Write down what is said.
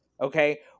okay